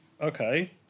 okay